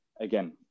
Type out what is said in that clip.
again